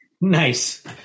Nice